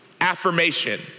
affirmation